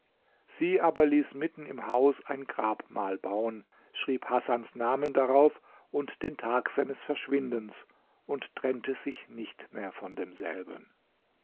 sie aber ließ mitten im haus ein grabmal bauen schrieb hasans namen darauf und den tag seines verschwindens und trennte sich nicht mehr von demselben